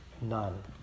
None